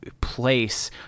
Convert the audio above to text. place